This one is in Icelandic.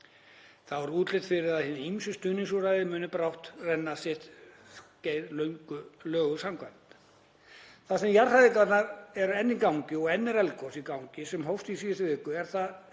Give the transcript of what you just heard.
Þá er útlit fyrir að hin ýmsu stuðningsúrræði muni brátt renna sitt skeið lögum samkvæmt. Þar sem jarðhræringarnar eru enn í gangi og enn er eldgos í gangi sem hófst í síðustu viku eru það